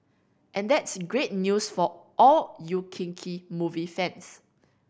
and that's great news for all you kinky movie fans